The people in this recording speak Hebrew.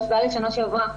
בהשוואה לשנה שעברה,